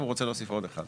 והוא רוצה להוסיף עוד אחד.